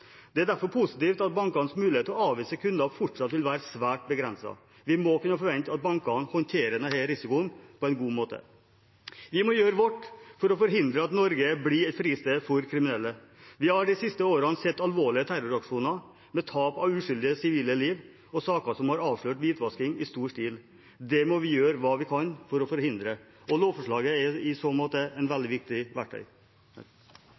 det er derfor positivt at bankenes mulighet til å avvise kunder fortsatt vil være svært begrenset. Vi må kunne forvente at bankene håndterer denne risikoen på en god måte. Vi må gjøre vårt for å forhindre at Norge blir et fristed for kriminelle. Vi har de siste årene sett alvorlige terroraksjoner med tap av uskyldige sivile liv og saker som har avslørt hvitvasking i stor stil. Det må vi gjøre hva vi kan for å forhindre, og lovforslaget er i så måte